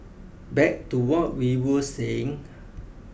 back to what we were saying